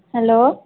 hello